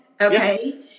okay